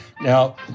Now